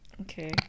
Okay